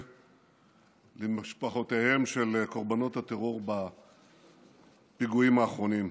למשפחות של קורבנות הטרור בפיגועים האחרונים.